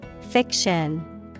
Fiction